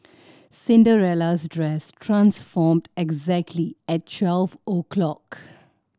Cinderella's dress transformed exactly at twelve o'clock